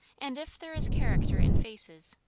and if there is character in faces,